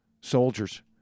soldiers